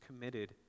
committed